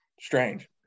Strange